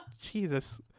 jesus